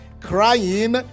crying